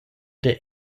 der